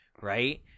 right